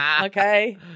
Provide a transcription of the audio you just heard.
Okay